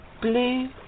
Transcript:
Blue